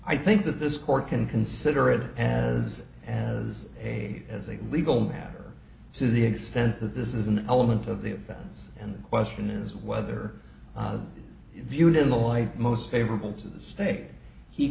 i think that this court can consider it as as a as a legal matter to the extent that this is an element of the events and the question is whether viewed in the light most favorable to the state he